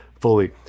fully